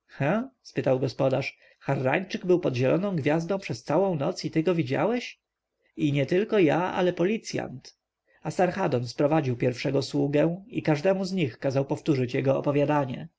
spytał gospodarz harrańczyk był pod zieloną gwiazdą przez całą noc i ty go widziałeś i nietylko ja ale policjant asarhadon sprowadził pierwszego sługę i każdemu z nich kazał powtórzyć jego opowiadanie